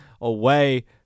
away